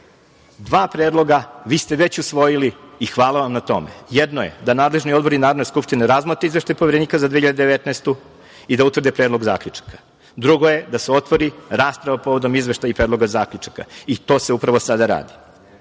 Dva predloga, vi ste već usvojili i hvala vam na tome. Jedno je da nadležni odbor i Narodna skupština razmotri iveštaj Poverenika za 2019. godinu i da utvrde predlog zaključka. Drugo je da se otvori rasprava povodom izveštaja i predloga zaključaka i to se upravo sada radi.